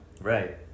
Right